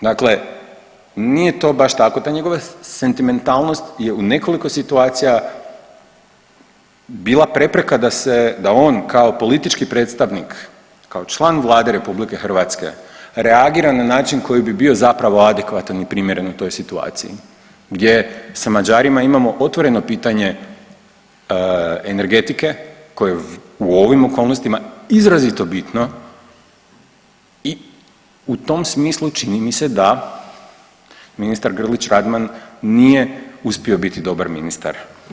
Dakle, nije to baš tako, ta njegova sentimentalnost je u nekoliko situacija bila prepreka da se, da on kao politički predstavnik, kao član Vlade RH reagira na način koji bi bio zapravo adekvatan i primjereno toj situaciji gdje sa Mađarima imamo otvoreno pitanje energetike koje je u ovim okolnostima izrazito bitno i u tom smislu čini mi se da ministar Grlić Radman nije uspio biti dobar ministar.